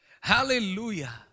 Hallelujah